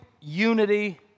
unity